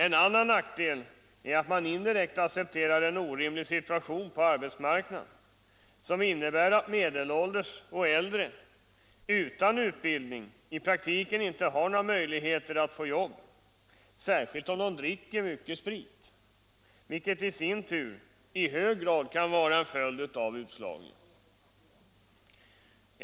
En annan nackdel är att man indirekt accepterar en orimlig situation på arbetsmarknaden, som innebär att medelålders och äldre utan utbildning i praktiken inte har några möjligheter att få jobb, särskilt om de dricker mycket sprit, vilket i sin tur i hög grad kan vara en följd av utslagningen.